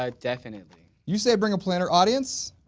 um definitely. you say bring a planner, audience?